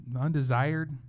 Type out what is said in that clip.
undesired